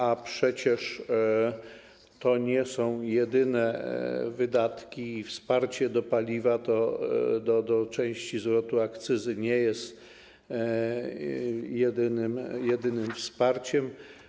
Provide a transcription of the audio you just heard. A przecież to nie są jedyne wydatki, wsparcie do paliwa, do części zwrotu akcyzy nie jest jedynym wsparciem.